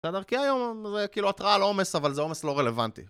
כי היום זה כאילו התראה על עומס אבל זה עומס לא רלוונטי